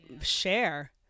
share